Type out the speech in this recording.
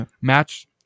match